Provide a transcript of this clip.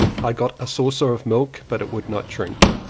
i got a saucer of milk, but it would not drink.